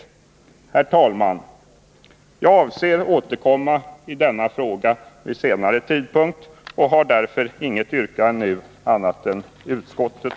Herr talman! Jag avser att återkomma i denna fråga vid senare tidpunkt och har därför nu inget annat yrkande än utskottet.